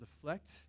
deflect